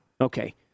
Okay